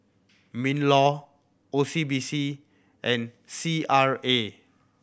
MinLaw O C B C and C R A